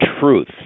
truth